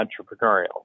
entrepreneurial